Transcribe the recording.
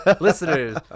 listeners